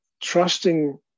trusting